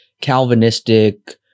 Calvinistic